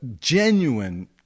genuine